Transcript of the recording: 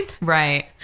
Right